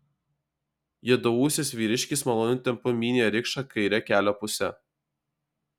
juodaūsis vyriškis maloniu tempu mynė rikšą kaire kelio puse